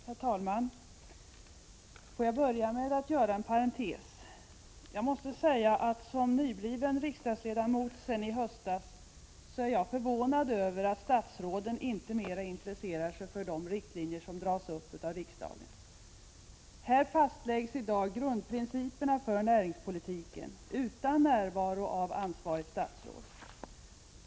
Herr talman! Får jag börja med att göra en parentes. Jag måste säga att som nybliven riksdagsledamot sedan i höstas är jag förvånad över att statsråden inte mera intresserar sig för de riktlinjer som dras upp av riksdagen. Här fastläggs i dag grundprinciperna för näringspolitiken — utan närvaro av ansvarigt statsråd.